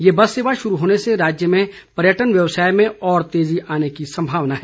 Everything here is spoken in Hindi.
ये बस सेवा शुरू होने से राज्य में पर्यटन व्यवसाय में और तेजी आने की सम्भावना है